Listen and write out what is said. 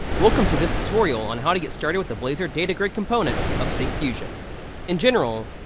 welcome to this tutorial on how to get started with the blazor data grid component of syncfusion. in general,